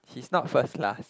he's not first class